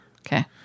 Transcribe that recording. Okay